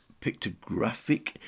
pictographic